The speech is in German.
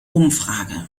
umfrage